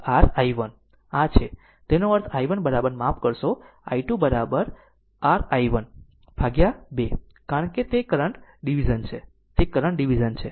આ છે તેનો અર્થ i1 માફ કરશો i2 r i1 ભાગ્યા 2 કારણ કે તે કરંટ ડીવીઝન છે તે કરંટ ડીવીઝન છે